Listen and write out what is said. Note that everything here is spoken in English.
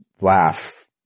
laugh